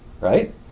right